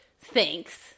Thanks